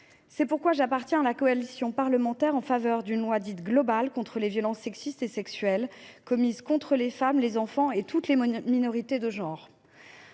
C’est pourquoi j’appartiens à la coalition parlementaire militant en faveur d’une loi globale contre les violences sexistes et sexuelles commises contre les femmes, les enfants et toutes les minorités de genre.